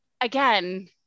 again